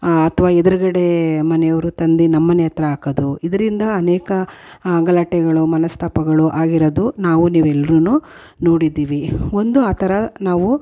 ಅಥ್ವಾ ಎದ್ರುಗಡೇ ಮನೆಯವರು ತಂದು ನಮ್ಮ ಮನೆ ಹತ್ರ ಹಾಕೋದು ಇದರಿಂದ ಅನೇಕ ಗಲಾಟೆಗಳು ಮನಸ್ತಾಪಗಳು ಆಗಿರೋದು ನಾವು ನೀವೆಲ್ಲರೂ ನೋಡಿದ್ದೀವಿ ಒಂದು ಆ ಥರ ನಾವು